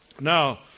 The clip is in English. Now